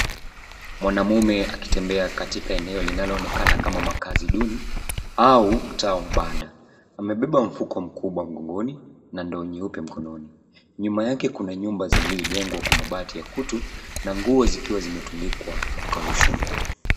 Mwanamume akitembea katika eneo linaloonekana kama makazi duni au mtaa wa mabanda. Amebeba mfuko mkubwa mgongoni na ndoo nyeupe mkononi. Nyuma yake kuna nyumba zilizojengwa kwa mabati ya kutu na nguo zikiwa zimetundikwa kukaushwa.